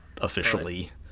officially